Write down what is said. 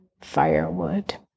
firewood